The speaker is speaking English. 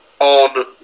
on